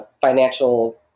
financial